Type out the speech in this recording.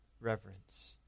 reverence